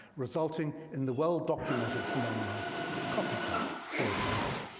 resulting in the well documented phenomenon of copycat suicides.